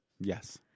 Yes